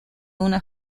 una